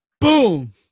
Boom